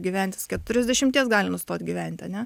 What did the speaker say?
gyvent jis keturiasdešimties gali nustot gyventi ane